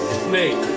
snake